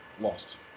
lost